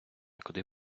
куди